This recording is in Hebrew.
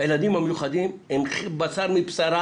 הילדים המיוחדים הם בשר מבשרה